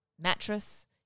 mattress